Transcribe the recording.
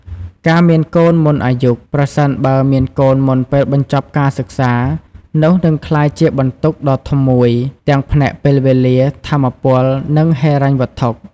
ការមានកូនមុនអាយុ ប្រសិនបើមានកូនមុនពេលបញ្ចប់ការសិក្សា នោះនឹងក្លាយជាបន្ទុកដ៏ធំមួយ ទាំងផ្នែកពេលវេលា ថាមពល និងហិរញ្ញវត្ថុ។